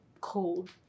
cold